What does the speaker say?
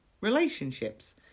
relationships